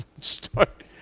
start